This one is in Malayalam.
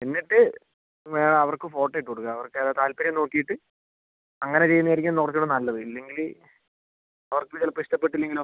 എന്നിട്ട് വേണം അവർക്ക് ഫോട്ടോ ഇട്ടുകൊടുക്കാൻ അവർക്ക് താല്പര്യം നോക്കിയിട്ട് അങ്ങനെ ചെയ്യുന്നത് ആയിരിക്കും കുറച്ചുകൂടെ നല്ലത് ഇല്ലെങ്കിൽ അവർക്ക് ചിലപ്പോൾ ഇഷ്ടപ്പെട്ടില്ലെങ്കിലോ